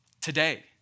today